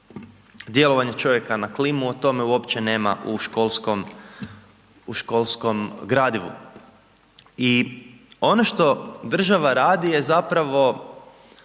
djelovanja čovjeka na klimu o tome uopće nema u školskom, u školskom gradivu. I ono što država radi je zapravo